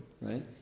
right